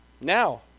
Now